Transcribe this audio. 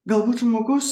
galbūt žmogus